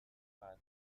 فتح